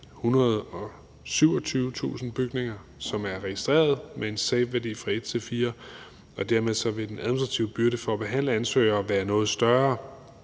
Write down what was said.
127.000 bygninger, som er registreret med en SAVE-værdi på 1-4, og dermed vil den administrative byrde for at behandle ansøgere være noget større